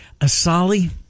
Asali